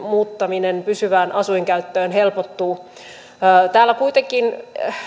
muuttaminen pysyvään asuinkäyttöön helpottuu täällä kuitenkin